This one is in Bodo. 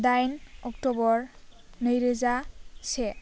दाइन अक्ट'बर नैरोजा से